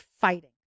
fighting